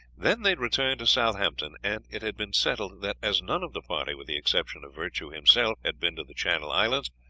then they had returned to southampton, and it had been settled that as none of the party, with the exception of virtue himself, had been to the channel islands,